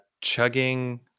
chugging